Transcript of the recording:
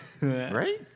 Right